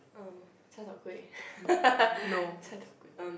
um cai-tao-kway cai-tao-kway um